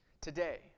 Today